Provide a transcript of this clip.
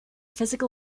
physical